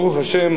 ברוך השם,